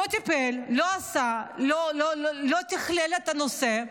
לא טיפל, לא עשה, ולא תכלל את הנושא.